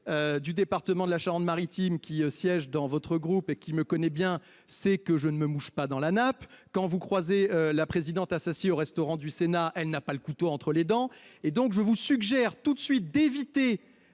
Du département de la Charente-Maritime qui siègent dans votre groupe et qui me connaît bien, c'est que je ne me mouche pas dans la nappe. Quand vous croisez la présidente Assassi au restaurant du Sénat. Elle n'a pas le couteau entre les dents. Et donc, je vous suggère toute de suite, d'éviter